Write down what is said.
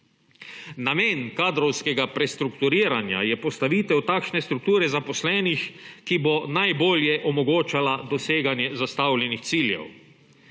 Namen kadrovskega prestrukturiranja je postavitev takšne strukture zaposlenih, ki bo najbolj omogočala doseganje zastavljenih ciljev.